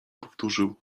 powtórzył